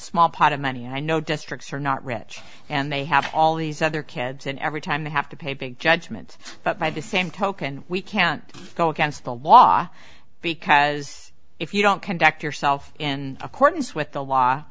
small pot of money i know districts are not rich and they have all these other kids and every time they have to pay big judgments but by the same token we can't go against the law because if you don't conduct yourself in accordance with the law